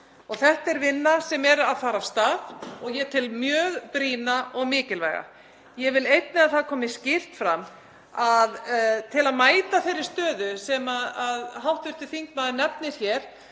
og þetta er vinna sem er að fara af stað og ég tel mjög brýna og mikilvæga. Ég vil einnig að það komi skýrt fram að til að mæta þeirri stöðu sem hv. þingmaður nefnir hér